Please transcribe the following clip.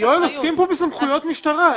עוסקים כאן בסמכויות משטרה.